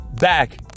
back